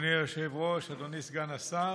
אדוני היושב-ראש, אדוני סגן השר,